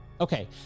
Okay